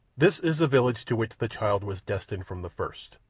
this is the village to which the child was destined from the first.